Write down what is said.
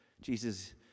Jesus